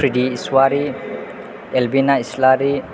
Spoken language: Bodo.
प्रिदि इसवारि एलबिना इसलारि